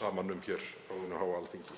saman um á hinu háa Alþingi.